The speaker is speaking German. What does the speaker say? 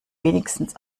wenigstens